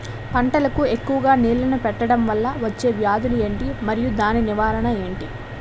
పంటలకు ఎక్కువుగా నీళ్లను పెట్టడం వలన వచ్చే వ్యాధులు ఏంటి? మరియు దాని నివారణ ఏంటి?